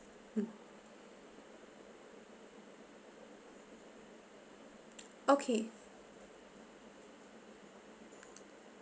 mm okay